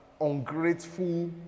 ungrateful